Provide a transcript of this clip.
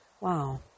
Wow